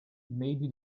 maybe